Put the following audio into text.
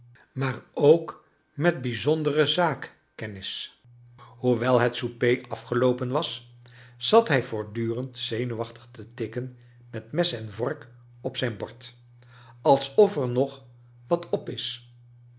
maar ook met bijzondere zaakkennis hoewel het souper afgeloopen was zat hij voortdurend zenuwachtig te tikken met mes en vork op zijn bord alsof er nog wat op is